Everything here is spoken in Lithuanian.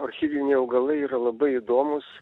orchidėjiniai augalai yra labai įdomūs